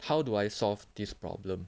how do I solved this problem